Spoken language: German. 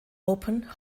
open